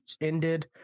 ended